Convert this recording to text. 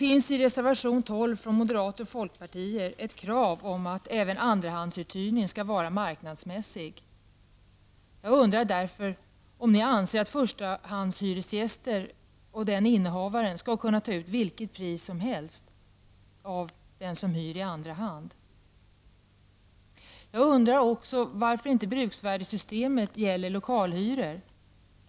I reservation nr 12 från moderaterna och folkpartiet finns ett krav på att även andrahandsuthyrning skall vara marknadsmässig. Jag undrar därför om ni anser att förstahandshyresgäster skall kunna ta ut vilket pris som helst av den som hyr i andra hand. Jag undrar också varför inte bruksvärdesystemet gäller lokalhyror.